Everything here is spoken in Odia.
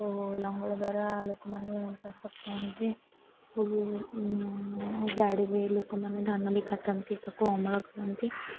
ଓ ଲଙ୍ଗଳ ଦ୍ୱାରା ଲୋକମାନେ ଚାଷ କରନ୍ତି ଆଉ ଗାଡ଼ି ଲୋକମାନେ ଧାନ ବି କାଟନ୍ତି ତାକୁ ଅମଳ କରନ୍ତି